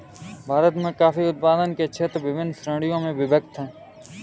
भारत में कॉफी उत्पादन के क्षेत्र विभिन्न श्रेणियों में विभक्त हैं